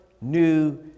New